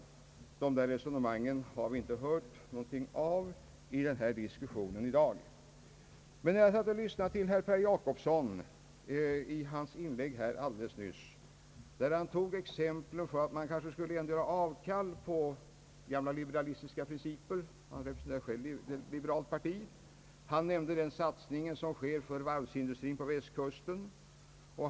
De där resonemangen har vi inte hört något av i dagens debatt. Herr Per Jacobsson nämnde i sitt anförande nyss exempel på områden där man skulle kunna göra avkall från gamla liberalistiska principer — han tillhör ju själv ett liberalt parti. Han nämnde bl.a. den satsning som sker för varvsindustrin på Västkusten.